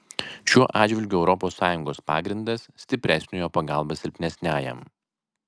šiuo atžvilgiu europos sąjungos pagrindas stipresniojo pagalba silpnesniajam